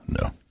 No